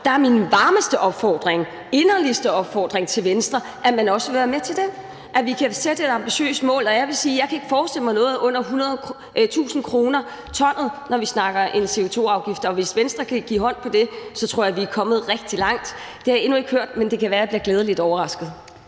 Der er min varmeste og inderligste opfordring til Venstre, at man også vil være med til, at vi kan sætte et ambitiøst mål, og jeg vil sige, at jeg ikke kan forestille mig noget under 100.000 kr. pr. ton, når vi snakker om en CO2-afgift. Hvis Venstre kan give håndslag på det, tror jeg, vi er kommet rigtig langt. Det har jeg endnu ikke hørt, men det kan være, at jeg bliver glædeligt overrasket.